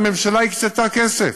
ואכן, הממשלה הקצתה כסף,